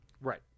Right